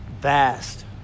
vast